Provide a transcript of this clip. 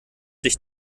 sich